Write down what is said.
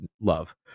love